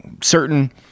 certain